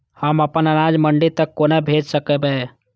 हम अपन अनाज मंडी तक कोना भेज सकबै?